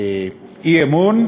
האי-אמון,